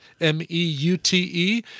M-E-U-T-E